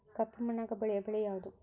ಕಪ್ಪು ಮಣ್ಣಾಗ ಬೆಳೆಯೋ ಬೆಳಿ ಯಾವುದು?